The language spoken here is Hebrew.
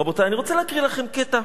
רבותי, אני רוצה להקריא לכם קטע,